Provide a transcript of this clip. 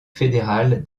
fédérale